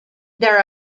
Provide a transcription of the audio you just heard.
there